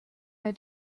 they